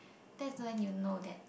that's when you know that